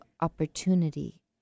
opportunity